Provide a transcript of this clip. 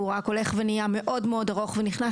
והוא רק הולך ונהיה מאוד מאוד ארוך ונכנס